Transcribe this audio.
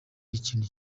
ikintu